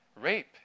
Rape